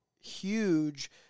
huge